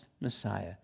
Messiah